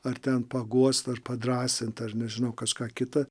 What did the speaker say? ar ten paguost ar padrąsint ar nežinau kažką kita